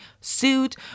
suit